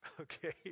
okay